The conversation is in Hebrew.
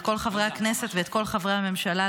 את כל חברי הכנסת ואת כל חברי הממשלה,